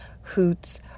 hoots